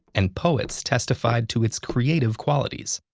and poets testified to its creative qualities.